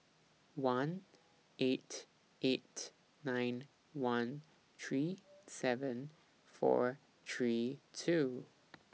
one eight eight nine one three seven four three two